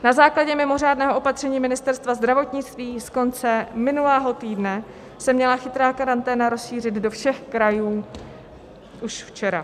Na základě mimořádného opatření Ministerstva zdravotnictví z konce minulého týdne se měla chytrá karanténa rozšířit do všech krajů už včera.